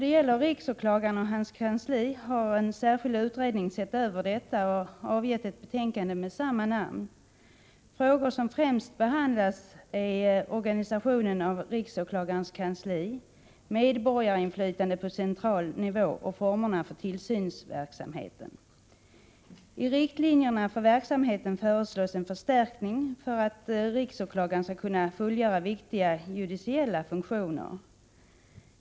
En särskild utredning har sett över riksåklagaren och hans kansli samt avgett ett betänkande med samma namn. Frågor som främst behandlas är organisationen av riksåklagarens kansli, medborgarinflytande på central nivå och formerna för tillsynsverksamheten. I riktlinjerna för verksamheten föreslås en förstärkning för att riksåklagaren skall kunna fullgöra viktiga judiciella funktioner.